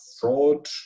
fraud